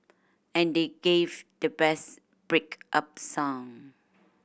and they gave the best break up song